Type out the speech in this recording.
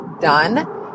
done